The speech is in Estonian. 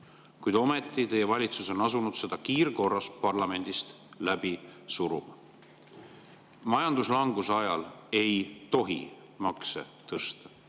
Kuid ometi on teie valitsus asunud seda kiirkorras parlamendis läbi suruma. Majanduslanguse ajal ei tohi makse tõsta.